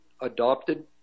adopted